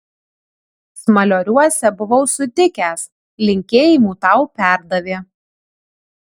smalioriuose buvau sutikęs linkėjimų tau perdavė